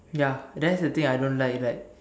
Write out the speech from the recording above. ya that's the thing I don't like like